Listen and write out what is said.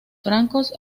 francos